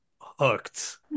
hooked